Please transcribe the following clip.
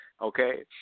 okay